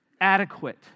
adequate